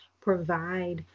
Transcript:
provide